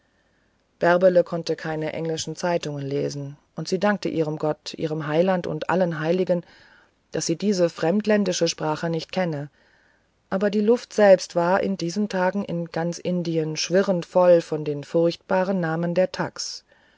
bärbele konnte keine englischen zeitungen lesen sie dankte ihrem gott ihrem heiland und allen heiligen daß sie diese fremdländische sprache nicht kenne aber die luft selbst war in diesen tagen in ganz indien schwirrend voll von dem furchtbaren namen der thags